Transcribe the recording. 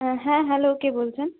হ্যাঁ হ্যাঁ হ্যালো কে বলছেন